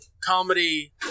Comedy